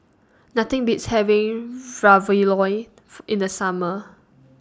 Nothing Beats having Ravioli in The Summer